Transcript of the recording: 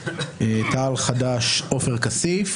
תע"ל-חד"ש עופר כסיף.